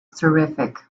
terrific